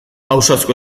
ausazko